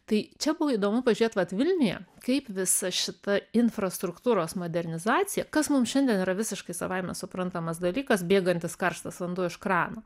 tai čia buvo įdomu pažiūrėt vat vilniuje kaip visa šita infrastruktūros modernizacija kas mum šiandien yra visiškai savaime suprantamas dalykas bėgantis karštas vanduo iš krano